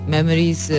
Memories